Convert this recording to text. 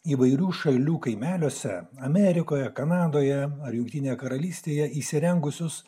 įvairių šalių kaimeliuose amerikoje kanadoje ar jungtinėje karalystėje įsirengusios